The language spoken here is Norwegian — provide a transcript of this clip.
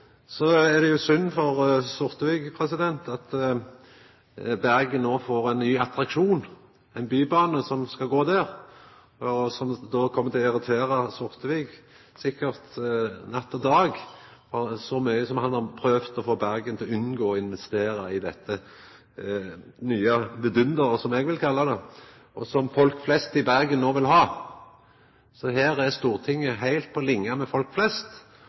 så mykje som han har prøvd å få Bergen til å unngå å investera i dette nye «vidunderet», som eg vil kalla det, og som folk flest i Bergen no vil ha. Her er Stortinget heilt på linje med folk flest,